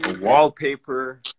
Wallpaper